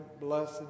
Blessed